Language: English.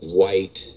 white